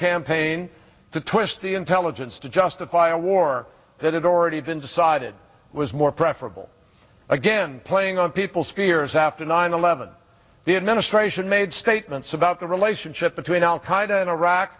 campaign to twist the intelligence to justify a war that had already been decided was more preferable again playing on people's fears after nine eleven the administration made statements about the relationship between al